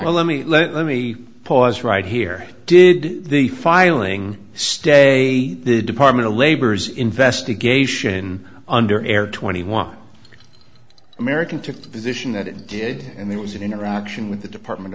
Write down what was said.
well let me let me pause right here did the filing stay the department of labor's investigation under air twenty one american took the position that it did and there was an interaction with the department